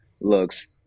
looks